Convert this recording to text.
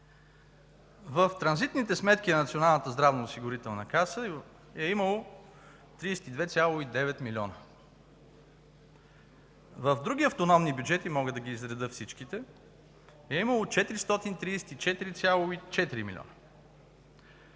В транзитните сметки на Националната здравноосигурителна каса е имало 32,9 милиона. В други автономни бюджети – мога да ги изредя всичките, е имало 434,4 милиона.